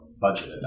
budget